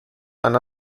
ein